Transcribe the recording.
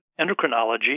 endocrinology